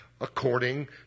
according